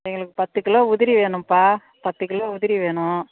எங்களுக்கு பத்துக் கிலோ உதிரி வேணும்ப்பா பத்துக் கிலோ உதிரி வேணும்